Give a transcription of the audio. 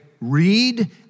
read